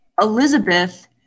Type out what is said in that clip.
Elizabeth